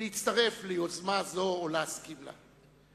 להצטרף ליוזמה זו ולהסכים לה.